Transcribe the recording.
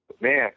Man